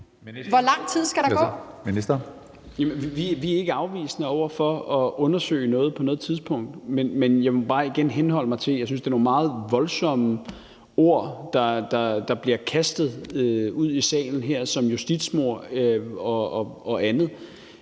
Hummelgaard): Vi er ikke afvisende over for at undersøge noget på noget tidspunkt, men jeg vil bare igen henholde mig til, at jeg synes, det er nogle meget voldsomme ord, der bliver kastet ud i salen her, som justitsmord og andet.